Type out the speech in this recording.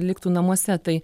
liktų namuose tai